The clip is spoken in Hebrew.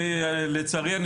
לצערי,